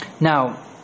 Now